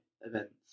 events